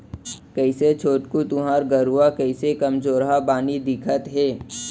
कइसे छोटकू तुँहर गरूवा कइसे कमजोरहा बानी दिखत हे